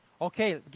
Okay